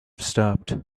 stopped